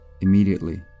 Immediately